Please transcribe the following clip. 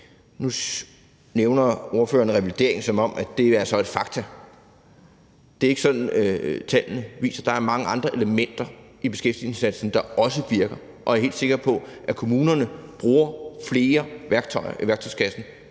nævner fru Victoria Velasquez det, som om det er fakta. Det er ikke det, tallene viser. Der er mange andre elementer i beskæftigelsesindsatsen, der også virker. Og jeg er helt sikker på, at kommunerne bruger flere værktøjer i værktøjskassen